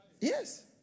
Yes